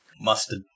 Mustard